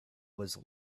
was